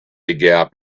gap